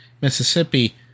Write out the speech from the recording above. Mississippi